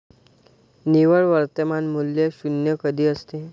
निव्वळ वर्तमान मूल्य शून्य कधी असते?